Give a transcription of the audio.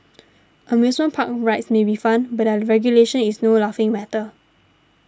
amusement park rides may be fun but their regulation is no laughing matter